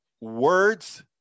words